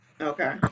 Okay